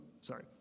sorry